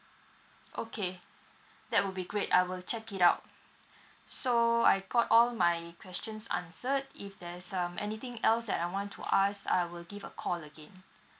okay that will be great I will check it out so I got all my questions answered if there's um anything else that I want to ask I will give a call again